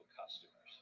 customers